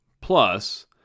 Plus